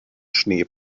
schnee